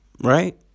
right